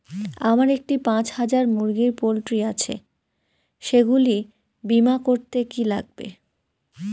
আমার একটি পাঁচ হাজার মুরগির পোলট্রি আছে সেগুলি বীমা করতে কি লাগবে?